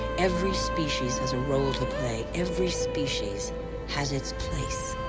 every species has a role to play, every species has its place.